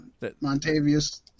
Montavious